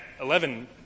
eleven